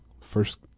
first –